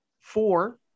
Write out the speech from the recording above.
Four